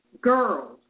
girls